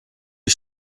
die